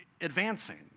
advancing